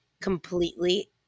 completely